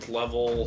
level